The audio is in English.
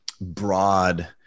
broad